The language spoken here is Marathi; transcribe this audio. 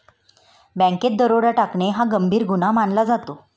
बँकेत दरोडा टाकणे हा गंभीर गुन्हा मानला जातो